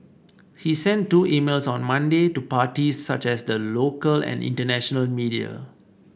he sent two emails on Monday to parties such as the local and international media